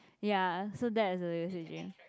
ya so that is a lucid dream